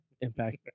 Impact